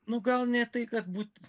nu gal ne tai kad būt